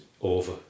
over